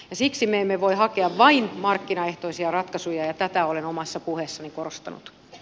siksi me emme voi hakea vain markkinaehtoisia ratkaisuja ja tätä olen omassa puheessani korostanut